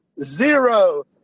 zero